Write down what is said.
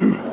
Željko